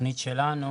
בתוכנית שלנו